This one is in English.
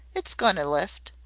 it's goin' to lift.